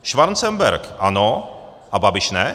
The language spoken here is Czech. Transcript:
Schwanzenberg ano a Babiš ne?